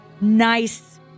nice